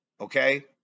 okay